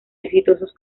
exitosos